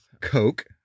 Coke